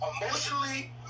emotionally